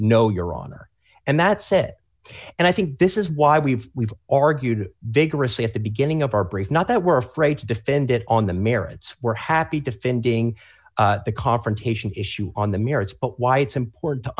no your honor and that said and i think this is why we've we've argued vigorously at the beginning of our brief not that were afraid to defend it on the merits were happy defending the confrontation issue on the merits but why it's important to